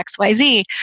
XYZ